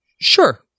sure